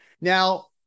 Now